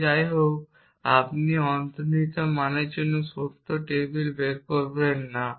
যে যাইহোক আপনি অন্তর্নিহিত মানের জন্য সত্য টেবিল বের করবেন না